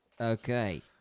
Okay